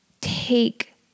take